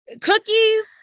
cookies